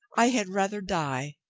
i had rather die.